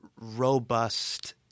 robust